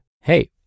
hey